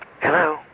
Hello